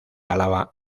álava